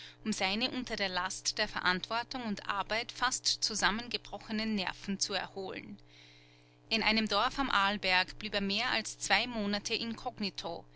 um seine unter der last der verantwortung und arbeit fast zusammengebrochenen nerven zu erholen in einem dorf am arlberg blieb er mehr als zwei monate inkognito